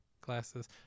glasses